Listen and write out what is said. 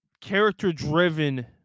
character-driven